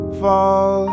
fall